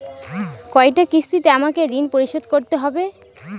কয়টা কিস্তিতে আমাকে ঋণ পরিশোধ করতে হবে?